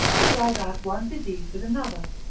to drive out one disease with another,